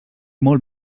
molt